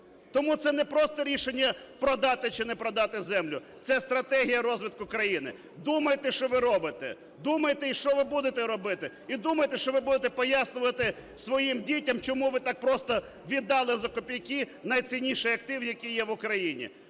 Тому це не просто рішення продати чи не продати землю – це стратегія розвитку країни. Думайте, що ви робите. Думайте, що ви будете робити. І думайте, що ви будете пояснювати своїм дітям, чому ви так просто віддали за копійки найцінніший актив, який є в Україні.